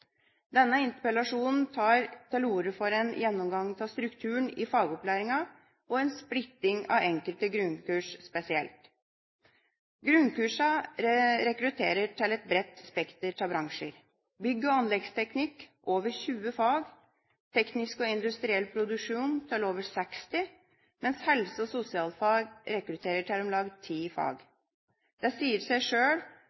Denne interpellasjonen tar til orde for en gjennomgang av strukturen i fagopplæringa og en splitting av enkelte grunnkurs spesielt. Grunnkursene rekrutterer til et bredt spekter av bransjer: bygg- og anleggsteknikk til over 20 fag, teknikk og industriell produksjon til over 60, mens helse- og sosialfag rekrutterer til om lag